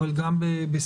אבל גם בסיועי,